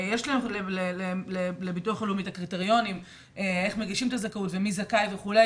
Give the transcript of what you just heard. יש לביטוח לאומי קריטריונים איך מגישים את הזכאות ומי זכאי וכו',